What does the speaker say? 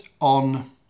on